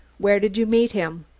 where did you meet him?